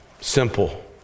Simple